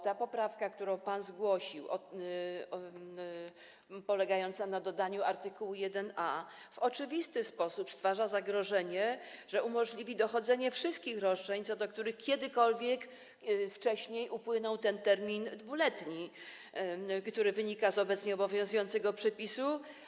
Ta poprawka, którą pan zgłosił, polegająca na dodaniu art. 1a, w oczywisty sposób stwarza zagrożenie, że umożliwi to dochodzenie wszystkich roszczeń, co do których kiedykolwiek wcześniej upłynął ten termin 2-letni, który wynika z obecnie obowiązującego przepisu.